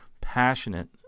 passionate